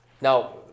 now